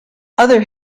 other